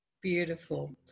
Beautiful